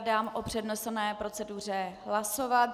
Dám o přednesené proceduře hlasovat.